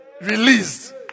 released